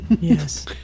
Yes